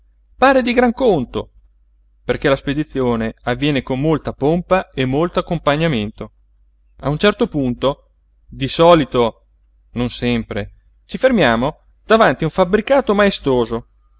pare di gran conto perché la spedizione avviene con molta pompa e molto accompagnamento a un certo punto di solito non sempre ci fermiamo davanti a un fabbricato maestoso